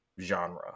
genre